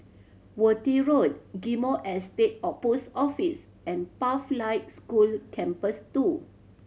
Worth Road Ghim Moh Estate of Post Office and Pathlight School Campus Two